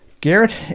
Garrett